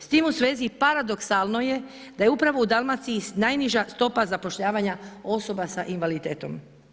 S tim u svezi paradoksalno je da je upravo u Dalmaciji najniža stopa zapošljavanja osoba s invaliditetom.